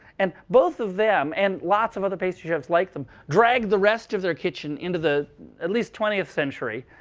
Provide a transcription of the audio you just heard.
and both of them, and lots of other pastry chefs like them, drag the rest of their kitchen into the at least twentieth century,